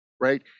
right